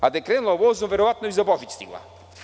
Da je krenula vozom, verovatno bi za Božić stigla.